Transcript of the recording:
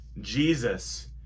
Jesus